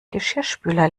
geschirrspüler